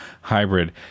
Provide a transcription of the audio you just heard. hybrid